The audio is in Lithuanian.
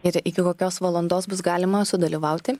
ir iki kokios valandos bus galima sudalyvauti